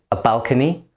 a balcony,